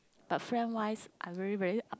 but friend wise I really very up~